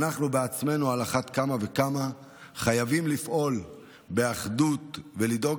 אנחנו עצמנו על אחת כמה וכמה חייבים לפעול באחדות ולדאוג